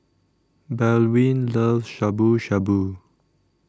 Baldwin loves Shabu Shabu